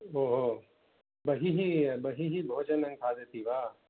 ओ हो बहिः बहिः भोजनं खादति वा